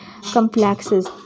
complexes